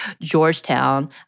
Georgetown